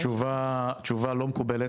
תשובה לא מקובלת,